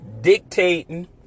dictating